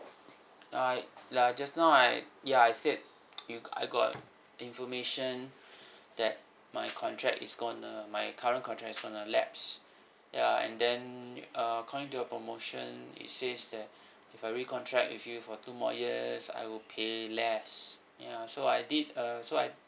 uh ya just now I ya I said you I got uh information that my contract is going to my current contract is going to lapse ya and then uh according to your promotion it says that if I recontract with you for two more years I will pay less ya so I did uh so I